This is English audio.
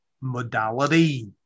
modality